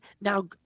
Now